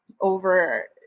over